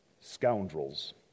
scoundrels